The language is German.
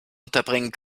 unterbringen